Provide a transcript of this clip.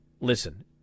listen